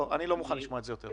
לא, אני לא מוכן לשמוע את זה יותר.